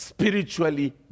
spiritually